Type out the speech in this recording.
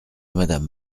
madame